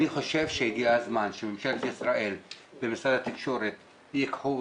אני חושב שהגיע הזמן שממשלת ישראל ומשרד התקשורת ייקחו